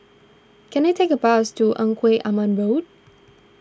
can I take a bus to Engku Aman Road